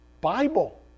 Bible